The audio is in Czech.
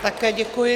Také děkuji.